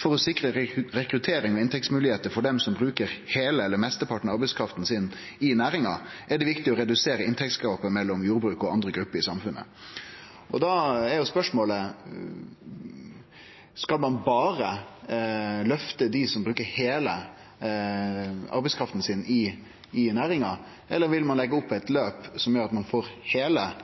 «For å sikre rekruttering og inntektsmuligheter for dem som bruker hele eller mesteparten av arbeidskraften sin i næringen, er det viktig å redusere inntektsgapet mellom jordbruket og andre i samfunnet.» Da er spørsmålet: Skal ein berre løfte dei som bruker heile arbeidskrafta si i næringa, eller vil ein leggje opp eit løp som gjer at ein får